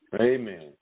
Amen